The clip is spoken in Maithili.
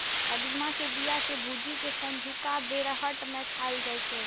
कदीमा के बिया कें भूजि कें संझुका बेरहट मे खाएल जाइ छै